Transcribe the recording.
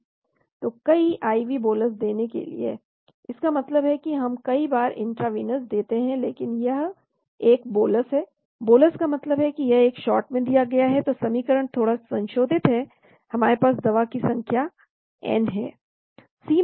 तो कई IV bolus देने के लिए इसका मतलब है कि हम कई बार इंट्रावीनस देते हैं लेकिन यह एक बोलस है बोलस का मतलब है कि यह एक शॉट में दिया गया है तो समीकरण थोड़ा संशोधित है हमारे पास दवा देने की संख्या n है